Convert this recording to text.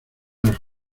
los